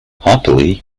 happily